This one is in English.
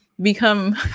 become